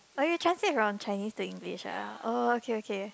oh you translate from Chinese to English ah oh okay okay